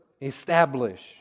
establish